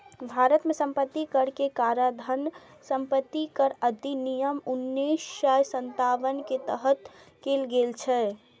भारत मे संपत्ति कर के काराधान संपत्ति कर अधिनियम उन्नैस सय सत्तावन के तहत कैल गेल छै